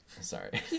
Sorry